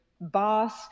boss